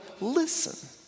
listen